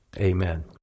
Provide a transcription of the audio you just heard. Amen